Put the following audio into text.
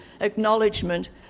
acknowledgement